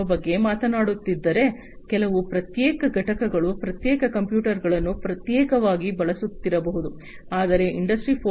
0 ಬಗ್ಗೆ ಮಾತನಾಡುತ್ತಿದ್ದರೆ ಕೆಲವು ಪ್ರತ್ಯೇಕ ಘಟಕಗಳು ಪ್ರತ್ಯೇಕ ಕಂಪ್ಯೂಟರ್ಗಳನ್ನು ಪ್ರತ್ಯೇಕವಾಗಿ ಬಳಸುತ್ತಿರಬಹುದು ಆದರೆ ಇಂಡಸ್ಟ್ರಿ 4